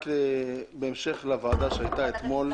בהמשך לוועדה שהייתה אתמול,